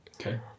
Okay